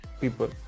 people